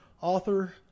author